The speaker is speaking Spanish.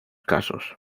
casos